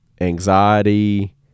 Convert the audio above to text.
anxiety